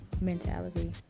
mentality